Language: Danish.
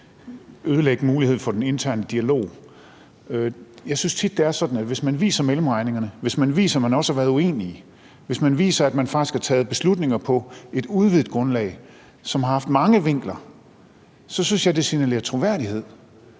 ødelægge muligheden for den interne dialog? Jeg synes tit, det er sådan, at hvis man viser mellemregningerne, hvis man viser, at man også har været uenig, hvis man viser, at man faktisk har taget beslutninger på et udvidet grundlag, som har haft mange vinkler, så signalerer det troværdighed,